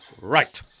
Right